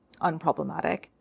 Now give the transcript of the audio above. unproblematic